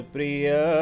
Priya